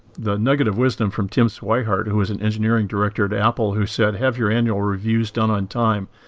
the nugget of wisdom from tim swihart, who was an engineering director at apple who said, have your annual reviews done on time.